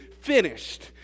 finished